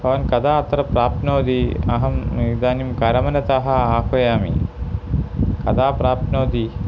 भवान् कदा अत्र प्राप्नोति अहम् इदानीं करमनतः आह्वयामि कदा प्राप्नोति